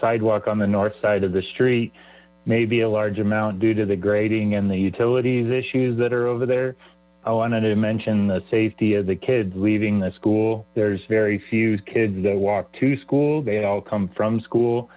sidewalk on the north side of the street maybe a large amount due to the grading and the utility issues that are over there i wanted to mention the safety kids leaving the school there's very few kids that walk to school they all come from school